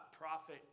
prophet